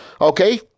okay